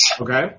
Okay